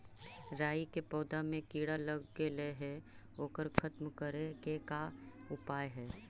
राई के पौधा में किड़ा लग गेले हे ओकर खत्म करे के का उपाय है?